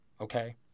okay